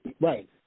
Right